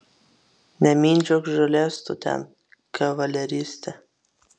nemindžiok žolės tu ten kavaleriste